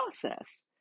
process